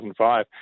2005